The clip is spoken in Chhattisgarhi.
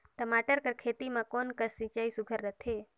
टमाटर कर खेती म कोन कस सिंचाई सुघ्घर रथे?